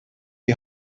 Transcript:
die